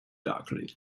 darkly